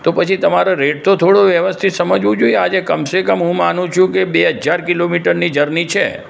તો પછી તમારે રેટ તો થોડો વ્યવસ્થિત સમજવું જોઈએ આજે કમ સે કમ હું માનું છું કે બે હજાર કિલોમીટરની જર્ની છે